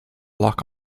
lock